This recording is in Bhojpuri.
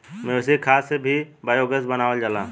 मवेशी के खाद से भी बायोगैस बनावल जाला